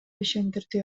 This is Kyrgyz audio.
ишендирди